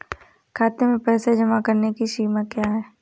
खाते में पैसे जमा करने की सीमा क्या है?